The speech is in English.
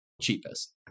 Cheapest